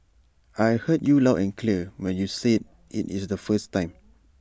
I heard you loud and clear when you said IT is the first time